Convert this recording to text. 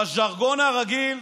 בז'רגון הרגיל,